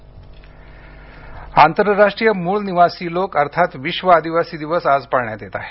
आदिवासी दिवस आंतरराष्ट्रीय मूळ निवासी लोक अर्थात विश्व आदिवासी दिवस आज पाळण्यात येत आहे